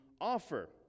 offer